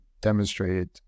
demonstrated